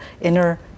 inner